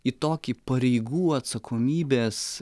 į tokį pareigų atsakomybės